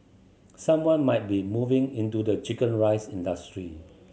someone might be moving into the chicken rice industry